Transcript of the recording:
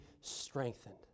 strengthened